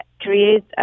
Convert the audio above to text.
create